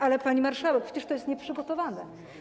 Ale, pani marszałek, przecież to jest nieprzygotowane.